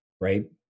right